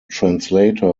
translator